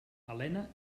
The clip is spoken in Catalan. helena